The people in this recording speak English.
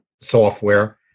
software